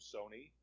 Sony